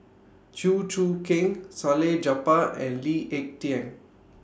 Chew Choo Keng Salleh Japar and Lee Ek Tieng